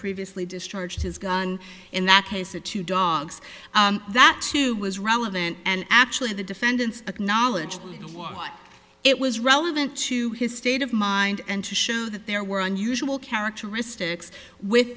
previously discharged his gun in that case it to dogs that too was relevant and actually the defendant's acknowledged what it was relevant to his state of mind and to show that there were unusual characteristics with